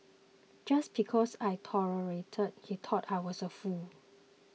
just because I tolerated he thought I was a fool